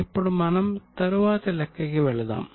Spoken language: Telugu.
ఇప్పుడు మనం తరువాతి లెక్క కి వెళ్దాం